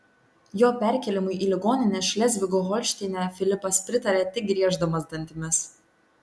jo perkėlimui į ligoninę šlezvigo holšteine filipas pritarė tik grieždamas dantimis